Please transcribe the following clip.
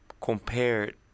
compared